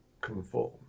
conform